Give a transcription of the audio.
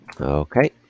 Okay